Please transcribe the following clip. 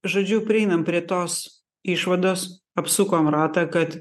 žodžiu prieinam prie tos išvados apsukom ratą kad